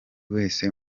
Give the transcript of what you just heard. wese